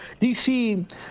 DC